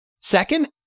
Second